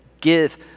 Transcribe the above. give